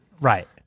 Right